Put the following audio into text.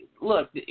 look